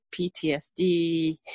PTSD